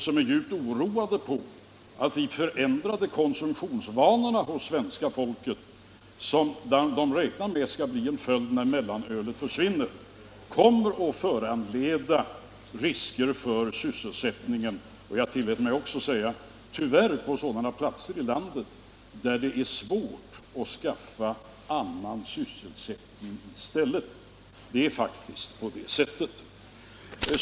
De är djupt oroade för att den förändring av konsumtionsvanorna hos svenska folket, som man räknar med skall bli en följd av att mellanölet försvinner, kommer att föranleda risker för sysselsättningen — jag tillät mig också säga: tyvärr på sådana platser i landet där det är svårt att skaffa annan sysselsättning i stället. Det är faktiskt på det sättet.